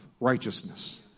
righteousness